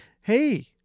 hey